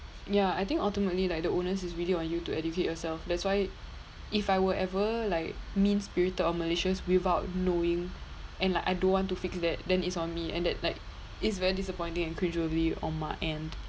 ya I think ultimately like the onus is really on you to educate yourself that's why if I were ever like mean spirited or malicious without knowing and like I don't want to fix that then it's on me and that like is very disappointing and cringe worthy on my end